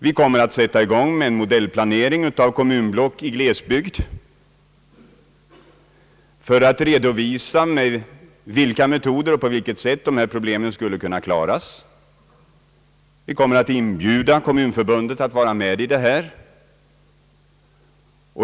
Vi kommer att sätta i gång med en modellplanering av kommunblock i glesbygd för att redovisa med vilka metoder och på vilket sätt dessa problem skulle kunna klaras. Vi kommer att inbjuda Kommunförbundet att vara med om detta.